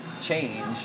change